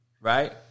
right